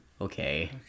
okay